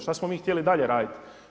Šta smo mi htjeli dalje raditi?